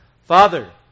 Father